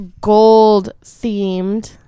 gold-themed